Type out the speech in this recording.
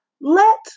Let